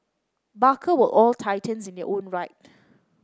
barker were all titans in their own right